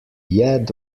yad